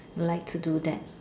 like to do that